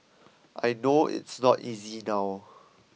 I know it's not easy now